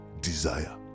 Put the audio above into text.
desire